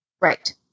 Right